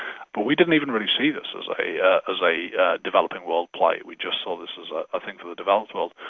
but we didn't even really see this as a ah as a developing world play, we just saw this as a a thing for the developed world.